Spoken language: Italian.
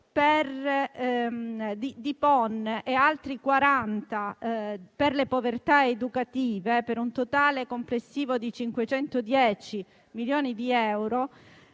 sul PON e altri 40 per le povertà educative (per un totale complessivo di 510 milioni di euro),